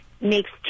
makes